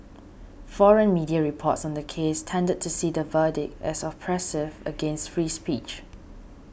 foreign media reports on the case tended to see the verdict as oppressive against free speech